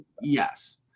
Yes